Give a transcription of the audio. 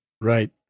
Right